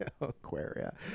Aquaria